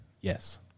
Yes